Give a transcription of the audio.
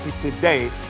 today